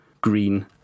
green